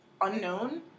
unknown